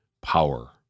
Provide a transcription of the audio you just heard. power